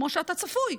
כמו שאתה צפוי,